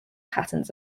patterns